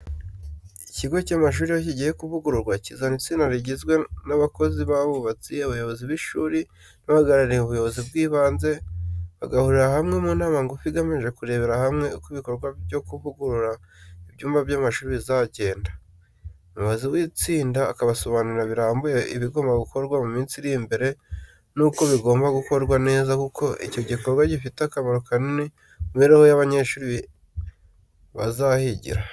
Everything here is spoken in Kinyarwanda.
Ikigo cy’amashuri iyo kigiye kuvugurura, kizana itsinda rigizwe n’abakozi b’ubwubatsi, abayobozi b’ishuri n’abahagarariye ubuyobozi bw’inzego z’ibanze bagahurira hamwe mu nama ngufi igamije kurebera hamwe uko ibikorwa byo kuvugurura ibyumba by’amashuri bizagenda. Umuyobozi w’itsinda, akabasobanurira birambuye ibigomba gukorwa mu minsi iri imbere nuko bigomba gukorwa neza kuko icyo gikorwa gifite akamaro kanini ku mibereho y’abanyeshuri bazahigira.